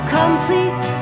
complete